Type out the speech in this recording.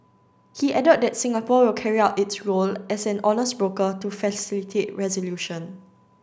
he added that Singapore will carry out its role as an honest broker to facilitate resolution